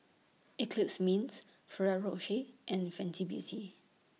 Eclipse Mints Ferrero Rocher and Fenty Beauty